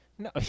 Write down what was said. No